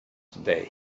today